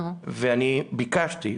אני ביקשתי,